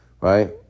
right